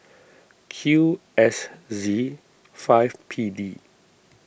Q S Z five P D